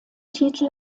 titel